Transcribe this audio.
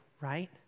right